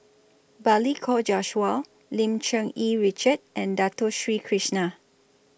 Balli Kaur Jaswal Lim Cherng Yih Richard and Dato Sri Krishna